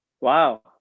wow